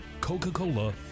Coca-Cola